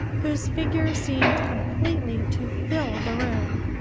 whose figure seemed completely to fill the room.